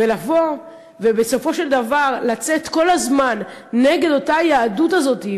ולבוא ובסופו של דבר לצאת כל הזמן נגד היהדות הזאת,